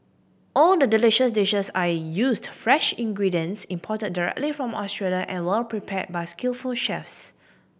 all the delicious dishes are used fresh ingredients imported directly from Australia and well prepared by skillful chefs